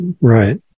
Right